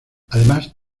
además